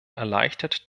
erleichtert